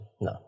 No